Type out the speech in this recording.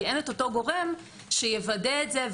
כי אין את אותו גורם שיוודא את זה,